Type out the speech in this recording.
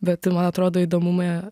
bet man atrodo įdomume